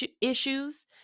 issues